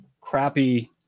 crappy